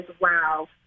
wow